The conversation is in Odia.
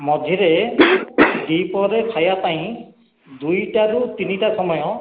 ମଝିରେ ଦୁଇପହରେ ଖାଇବାପାଇଁ ଦୁଇଟା ରୁ ତିନିଟା ସମୟ